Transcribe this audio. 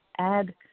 add